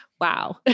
wow